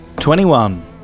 Twenty-one